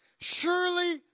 surely